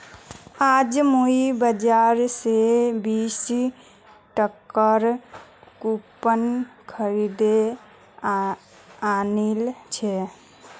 आज मुई बाजार स बीस टकार कूपन खरीदे आनिल छि